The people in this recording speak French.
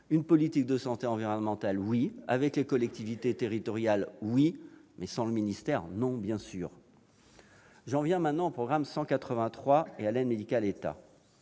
Une politique de santé environnementale, oui ! Avec les collectivités territoriales, oui ! Sans le ministère, non ! J'en viens au programme 183 et à l'aide médicale de